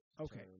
Okay